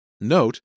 Note